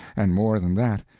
and more than that,